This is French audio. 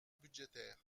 budgétaire